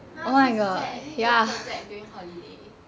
!huh! so sad need to do project during holiday